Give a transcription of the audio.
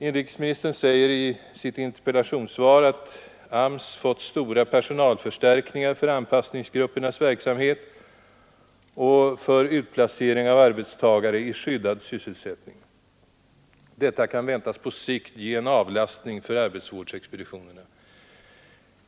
Inrikesministern säger i sitt interpellationssvar att AMS fått stora personalförstärkningar för anpassningsgruppernas verksamhet och för utplacering av arbetstagare i skyddad sysselsättning. Detta kan väntas på sikt ge en avlastning för arbetsvårdsexpeditionerna.